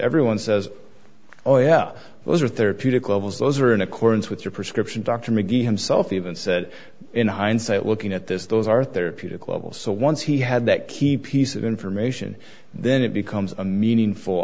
everyone says oh yeah those are therapeutic levels those are in accordance with your prescription dr mcgee himself even said in hindsight looking at this those are therapeutic levels so once he had that key piece of information then it becomes a meaningful